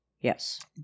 yes